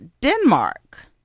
Denmark